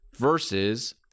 versus